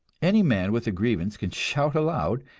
any man with a grievance can shout aloud,